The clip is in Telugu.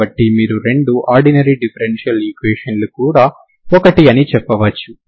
కాబట్టి మీరు రెండూ ఆర్డినరీ డిఫరెన్షియల్ ఈక్వేషన్ లు కూడా ఒకటి అని చెప్పవచ్చు